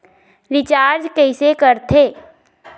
Recharge कइसे कर थे?